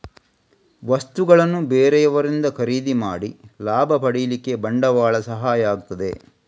ವಸ್ತುಗಳನ್ನ ಬೇರೆಯವರಿಂದ ಖರೀದಿ ಮಾಡಿ ಲಾಭ ಪಡೀಲಿಕ್ಕೆ ಬಂಡವಾಳ ಸಹಾಯ ಆಗ್ತದೆ